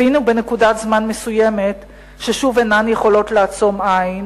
הבינו בנקודת זמן מסוימת ששוב אינן יכולות לעצום עין,